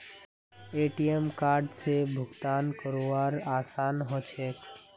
ATM कार्डओत से भुगतान करवार आसान ह छेक